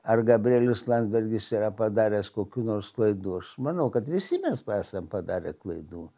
ar gabrielius landsbergis yra padaręs kokių nors klaidų aš manau kad visi mes esam padarę klaidų